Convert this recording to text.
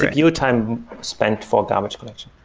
cpu time spent for garbage collection.